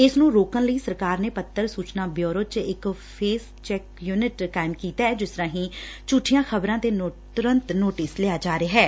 ਇਸ ਨੂੰ ਰੋਕਣ ਲਈ ਸਰਕਾਰ ਨੇ ਪੱਤਰ ਸੂਚਨਾ ਬਿਊਰੋ ਪੀ ਆਈ ਬੀ ਚ ਇਕ ਫੇਸ ਚੈੱਕ ਯੁਨਿਟ ਕਾਇਮ ਕੀਤੈ ਜਿਸ ਰਾਹੀ ਝੁਠੀਆਂ ਖ਼ਬਰਾਂ ਤੇ ਤੁਰੰਤ ਨੋਟਿਸ ਲਿਆ ਜਾ ਰਿਹੈ